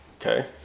Okay